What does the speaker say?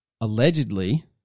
Allegedly